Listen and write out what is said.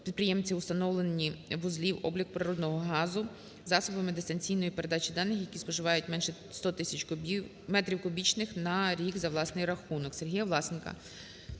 підприємців у встановленні вузлів обліку природного газу засобами дистанційної передачі даних, які споживають менше 100 тисяч метрів кубічних на рік за власний рахунок.